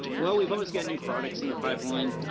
well, we have always got new products in the pipeline.